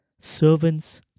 servants